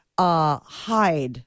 Hide